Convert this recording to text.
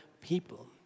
people